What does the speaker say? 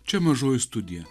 čia mažoji studija